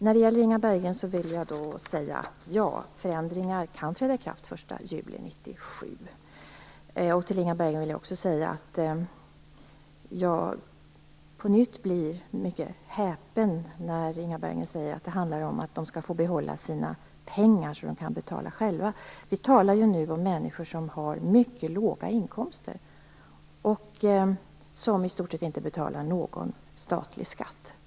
Fru talman! Till Inga Berggren vill jag säga: Ja, förändringar kan träda i kraft den 1 juli 1997. Jag vill också säga att jag på nytt blir mycket häpen när Inga Berggren säger att det handlar om att människor skall få behålla sina pengar så att de kan betala själva. Vi talar ju nu om människor som har mycket låga inkomster och som i stort sett inte betalar någon statlig skatt.